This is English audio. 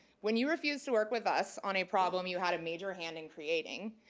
when you refuse to work with us on a problem you had a major hand in creating,